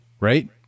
right